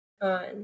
on